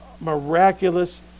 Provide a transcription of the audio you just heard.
miraculous